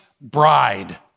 bride